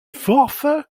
forces